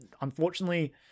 unfortunately